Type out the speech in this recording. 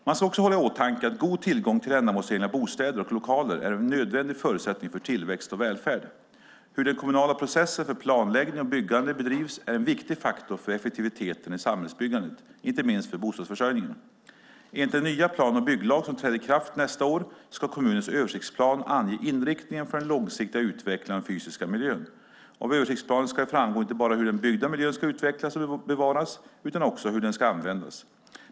Man ska också hålla i åtanke att god tillgång till ändamålsenliga bostäder och lokaler är en nödvändig förutsättning för tillväxt och välfärd. Hur den kommunala processen för planläggning och byggande bedrivs är en viktig faktor för effektiviteten i samhällsbyggandet, inte minst för bostadsförsörjningen. Enligt den nya plan och bygglag som träder i kraft nästa år ska kommunens översiktsplan ange inriktningen för den långsiktiga utvecklingen av den fysiska miljön. Av översiktsplanen ska det framgå inte bara hur den byggda miljön ska utvecklas och bevaras utan också hur den ska användas.